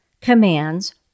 commands